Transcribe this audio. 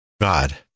God